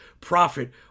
profit